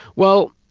well